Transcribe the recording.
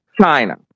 China